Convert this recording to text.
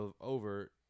over